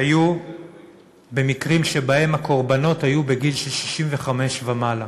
היו במקרים שבהם הקורבנות היו בגיל 65 ומעלה.